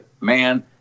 man